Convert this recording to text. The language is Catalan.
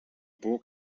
por